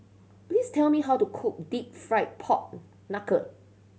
please tell me how to cook Deep Fried Pork Knuckle